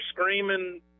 screaming